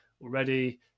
already